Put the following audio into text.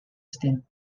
stint